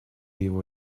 его